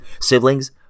Siblings